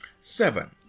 seven